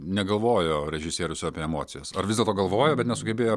negalvojo režisierius apie emocijas ar vis dėlto galvojo bet nesugebėjo